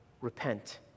Repent